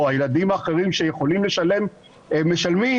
הילדים האחרים שיכולים לשלם משלמים,